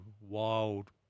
wild